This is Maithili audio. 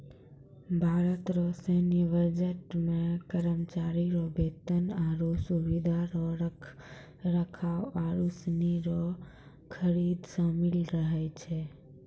भारत रो सैन्य बजट मे करमचारी रो बेतन, आरो सुबिधा रो रख रखाव आरू सनी रो खरीद सामिल रहै छै